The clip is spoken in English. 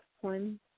one